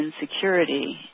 insecurity